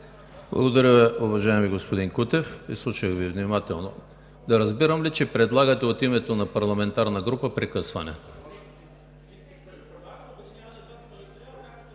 Благодаря, уважаеми господин Кутев. Изслушах Ви внимателно. Да разбирам ли, че предлагате от името на парламентарна група прекъсване?